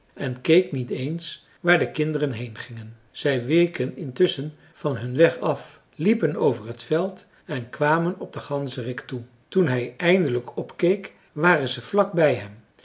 en keek niet eens waar de kinderen heengingen zij weken intusschen van hun weg af liepen over het veld en kwamen op den ganzerik toe toen hij eindelijk opkeek waren ze vlak bij hem